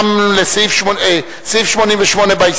הואיל וכך, אין לנו לסעיף 48 הסתייגויות.